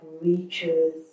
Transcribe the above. reaches